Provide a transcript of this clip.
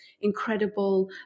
incredible